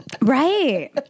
right